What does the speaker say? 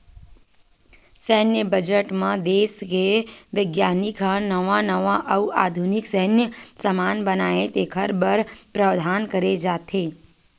सैन्य बजट म देस के बिग्यानिक ह नवा नवा अउ आधुनिक सैन्य समान बनाए तेखर बर प्रावधान करे जाथे